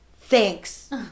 Thanks